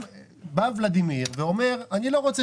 בא ולדימיק בליאק ואומר: אני לא רוצה